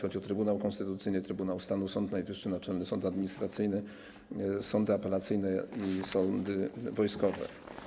Chodzi o Trybunał Konstytucyjny, Trybunał Stanu, Sąd Najwyższy, Naczelny Sąd Administracyjny, sądy apelacyjne i sądy wojskowe.